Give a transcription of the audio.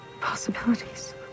Possibilities